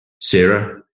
Sarah